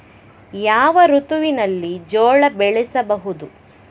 ಯಾವ ಋತುವಿನಲ್ಲಿ ಜೋಳ ಬೆಳೆಸಬಹುದು?